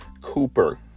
Cooper